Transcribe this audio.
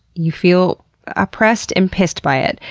you feel oppressed and pissed by it.